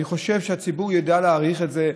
אני חושב שהציבור ידע להעריך את זה,